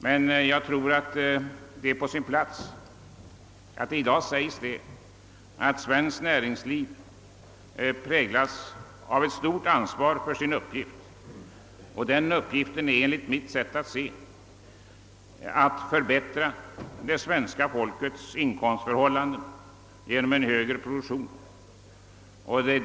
Men jag tror att det är på sin plats att det i dag säges att svenskt näringsliv präglas av stort ansvar för sin uppgift. Denna uppgift är enligt mitt sätt att se att förbättra det svenska folkets inkomstförhållanden genom en högre produktion.